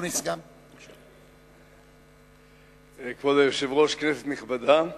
כבוד היושב-ראש, כנסת נכבדה,